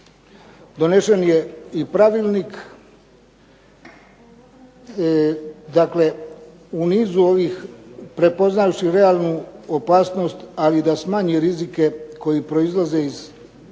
Donešen je i pravilnik dakle u nizu ovih prepoznavši realnu opasnost ali i da smanji rizike koji proizlaze iz prijenosa